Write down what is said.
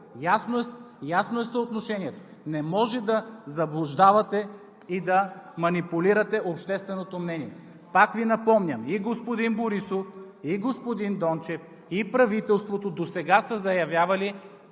Ясно е съотношението. Не може да заблуждавате и да манипулирате общественото мнение. Пак Ви напомням: и господин Борисов, и господин Дончев, и правителството досега са заявявали